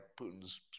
Putin's